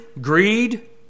greed